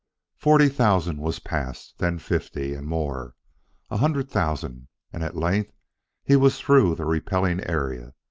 forty thousand was passed then fifty and more a hundred thousand and at length he was through the repelling area,